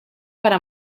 para